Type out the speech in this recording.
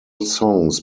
songs